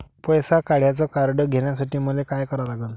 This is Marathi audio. पैसा काढ्याचं कार्ड घेण्यासाठी मले काय करा लागन?